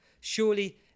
Surely